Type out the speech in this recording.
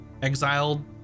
Exiled